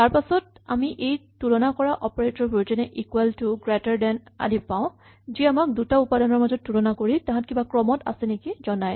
তাৰপাছত আমি এই তুলনা কৰা অপাৰেটৰ বোৰ যেনে ইকুৱেল টু গ্ৰেটাৰ ডেন আদি পাওঁ যি আমাক দুটা উপাদানৰ মাজত তুলনা কৰি তাহাঁত কিবা ক্ৰমত আছে নেকি জনায়